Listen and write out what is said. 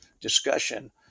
discussion